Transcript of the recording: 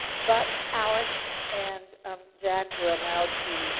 but, alex and um jack were allowed to